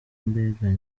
mbega